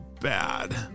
bad